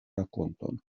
rakonton